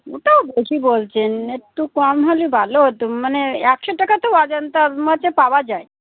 ওটাও বেশি বলছেন একটু কম হলে ভালো হতো মানে একশো টাকা তো অজান্তা তো পাওয়া যায়